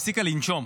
הפסיקה לנשום,